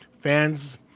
Fans